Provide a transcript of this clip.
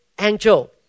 angel